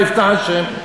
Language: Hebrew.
ויפתח השם,